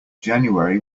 january